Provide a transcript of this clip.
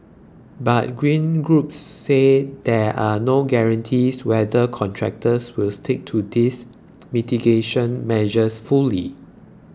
but Green groups say there are no guarantees whether contractors will stick to these mitigation measures fully